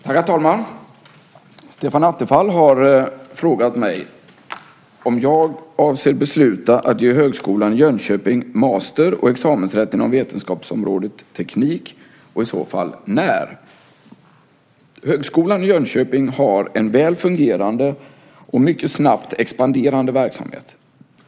Herr talman! Stefan Attefall har frågat mig om jag avser att besluta om att ge Högskolan i Jönköping master och examensrätt inom vetenskapsområdet teknik och i så fall när. Högskolan i Jönköping har en väl fungerande och mycket snabbt expanderande verksamhet.